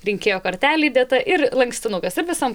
rinkėjo kortelė įdėta ir lankstinukas ir visam